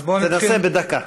תנסה בדקה.